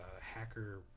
hacker